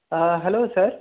hello sir